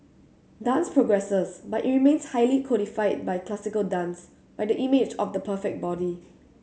dance progresses but it remains highly codified by classical dance by the image of the perfect body